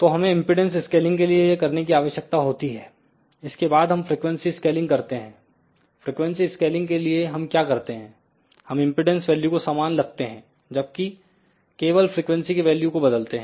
तो हमें impedance scaling के लिए यह करने की आवश्यकता होती है इसके बाद हम फ्रीक्वेंसी स्केलिंग करते हैं फ्रिकवेंसी स्केलिंग के लिए हम क्या करते हैं हम इंपेडेंस वैल्यू को सामान लगते हैं जबकि केवल फ्रीक्वेंसी की वैल्यू को बदलते हैं